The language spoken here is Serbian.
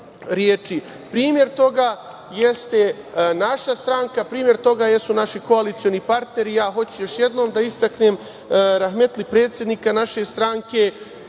Primer toga jeste naša stranka, primer toga jesu naši koalicioni partneri. Hoću još jednom da istaknem rahmetli predsednika naše stranke,